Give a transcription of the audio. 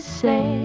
say